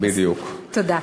תודה.